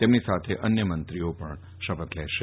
તેમની સાથે અન્ય મંત્રીઓ પણ શપથ લેશે